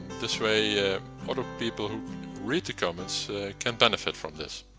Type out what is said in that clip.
this way other people who read the comments can benefit from this.